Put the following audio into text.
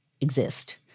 exist